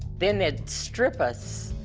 then they'd strip us,